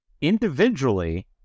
individually